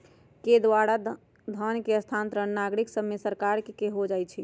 के द्वारा धन के स्थानांतरण नागरिक सभसे सरकार के हो जाइ छइ